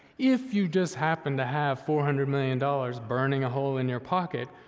if you just happen to have four hundred million dollars burning a hole in your pocket,